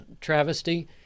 travesty